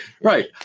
Right